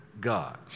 God